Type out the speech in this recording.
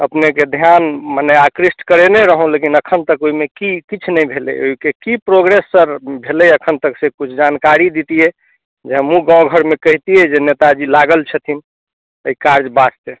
अपनेके ध्यान मने आकृष्ट करयने रहौँ लेकिन एखनि तक ओहिमे की किछु नहि भेलै ओहिके की प्रोग्रेस सर भेलै एखनि तक से किछु जानकारी दैतियै जे हमहूँ गाम घरमे कहितियै जे नेताजी लागल छथिन एहि काज वास्ते